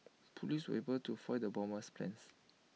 Police were able to foil the bomber's plans